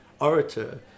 orator